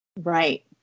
Right